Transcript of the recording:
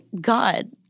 God